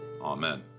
Amen